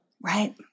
Right